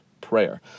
prayer